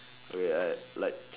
wait I at like like like